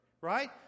right